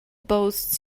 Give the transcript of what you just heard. boast